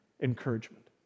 encouragement